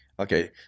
Okay